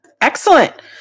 excellent